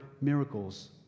miracles